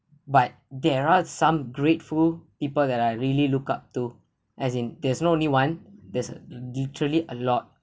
but there are some grateful people that I really look up to as in there's not only one there's a literary a lot